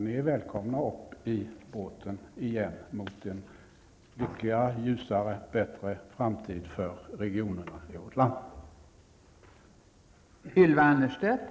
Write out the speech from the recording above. Ni är välkomna upp i båten igen mot en lyckligare, ljusare och bättre framtid för regionerna i vårt land.